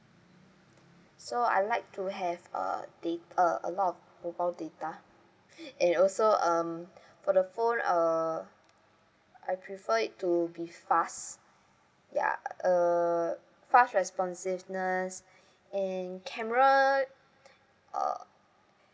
so I like to have uh da~ uh a lot of mobile data and also um for the phone uh I prefer it to be fast ya uh fast responsiveness and camera uh